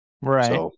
Right